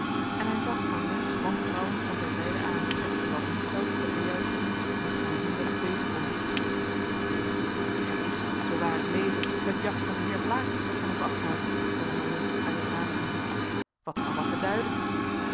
en hij zag van lintz wantrouwend van ter zijde aan terwijl holmfeld de kajuit verliet om te gaan zien wat het wezen kon het is zoo waar ik leve het jacht van den heer blaek dat van ons afgaat zeide van lintz uit het raam ziende wat kan dat beduiden